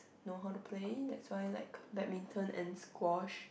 know how to play that's why like badminton and squash